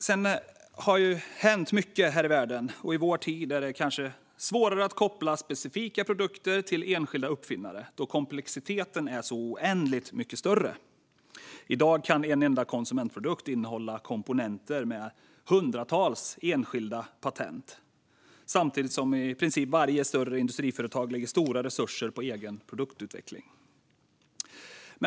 Sedan har det hänt mycket här i världen, och i vår tid är det svårare att koppla specifika produkter till enskilda uppfinnare, då komplexiteten är så oändligt mycket större. I dag kan en enda konsumentprodukt innehålla komponenter med hundratals enskilda patent samtidigt som i princip varje större industriföretag lägger stora resurser på egen produktutveckling.